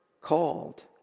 called